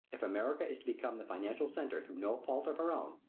if america is to become the financial centre through no fault of her own,